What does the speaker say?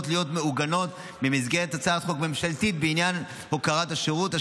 להיות מעוגנות במסגרת הצעת חוק ממשלתית בעניין הוקרת השירות,